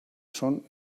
son